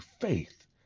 faith